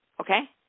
Okay